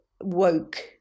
woke